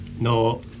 no